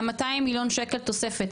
ה- 200 מיליון שקל תוספת,